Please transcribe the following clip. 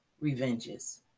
revenges